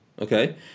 Okay